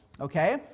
okay